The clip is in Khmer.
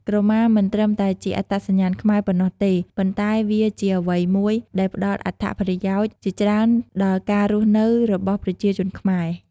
ក្រមាមិនត្រឹមតែជាអត្តសញ្ញាណខ្មែរប៉ុណ្ណោះទេ ប៉ុន្តែវាជាអ្វីមួយដែលផ្ដល់អត្ថប្រយោជន៍ជាច្រើនដល់ការរស់នៅរបស់ប្រជាជនខ្មែរ។